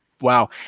wow